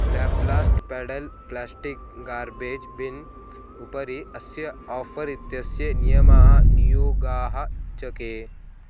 Laplast pedal plastic garbage bin उपरि अस्य offer इत्यस्य नियमाः नियोगाः च के